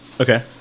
Okay